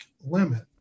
limit